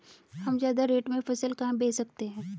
हम ज्यादा रेट में फसल कहाँ बेच सकते हैं?